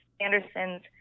Anderson's